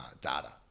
data